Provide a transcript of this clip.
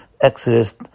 Exodus